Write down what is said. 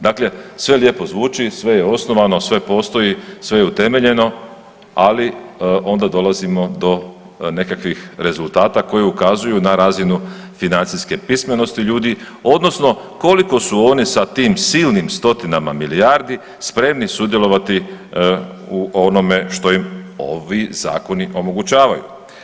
Dakle, sve lijepo zvuči, sve je osnovano, sve postoji, sve je utemeljeno, ali onda dolazimo do nekakvih rezultata koji ukazuju na razinu financijske pismenosti ljudi, odnosno koliko su oni sa tim silnim stotinama milijardi spremni sudjelovati u onome što im ovi zakoni omogućavaju.